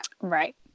Right